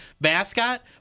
mascot